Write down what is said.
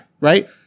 Right